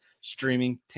streaming